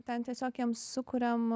ten tiesiog jiems sukuriam